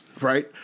Right